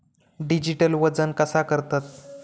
Digital वजन कसा करतत?